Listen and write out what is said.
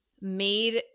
made